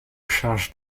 charge